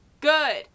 good